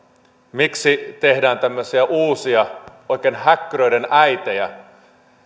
miksi tehdään tämmöisiä uusia oikein häkkyröiden äitejä